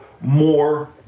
more